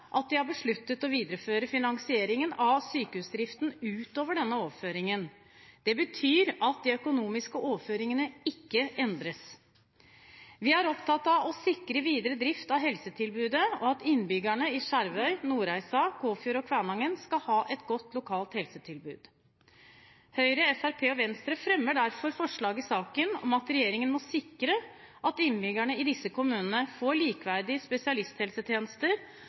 at man har besluttet å videreføre finanseringen av sykehusdriften ut over denne overføringen. Det betyr at de økonomiske overføringene ikke endres. Vi er opptatt av å sikre videre drift av helsetilbudet, og at innbyggerne i Skjervøy, Nordreisa, Kåfjord og Kvænangen skal ha et godt lokalt helsetilbud. Høyre, Fremskrittspartiet og Venstre fremmer derfor forslag i saken, om at regjeringen må sikre at innbyggerne i disse kommunene får likeverdige spesialisthelsetjenester,